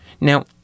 Now